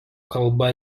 kalba